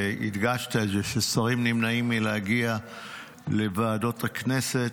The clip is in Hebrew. והדגשת את זה ששרים נמנעים מלהגיע לוועדות הכנסת,